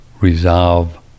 resolve